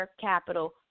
capital